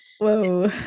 whoa